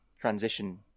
transition